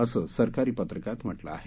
असं सरकारी पत्रकात म्हटलं आहे